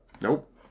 Nope